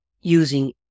using